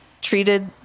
treated